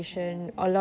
oh